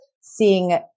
seeing